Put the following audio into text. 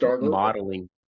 modeling